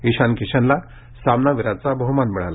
ईशान किशनला सामनावीराचा बहुमान मिळाला